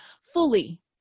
fully